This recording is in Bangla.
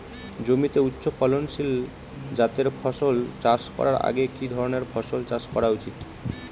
জমিতে উচ্চফলনশীল জাতের ফসল চাষ করার আগে কি ধরণের ফসল চাষ করা উচিৎ?